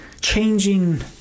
changing